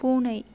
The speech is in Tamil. பூனை